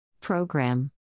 Program